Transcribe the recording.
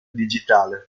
digitale